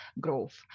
growth